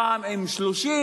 פעם עם 30,